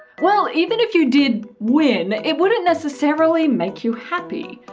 well, even if you did win, it wouldn't necessarily make you happy.